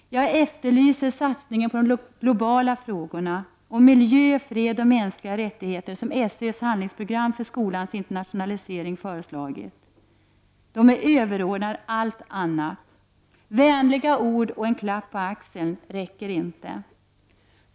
Jag efterlyser satsningen på de globala frågorna om miljö, fred och mänskliga rättigheter som SÖ:s handlingsprogram för skolans internationalisering föreslagit. De frågorna är överordnade allt annat. Vänliga ord och en klapp på axeln räcker inte.